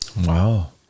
Wow